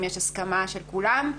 אם יש הסכמה של כולם.